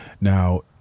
Now